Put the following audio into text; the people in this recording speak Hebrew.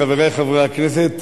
חברי חברי הכנסת,